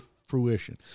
Fruition